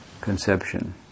conception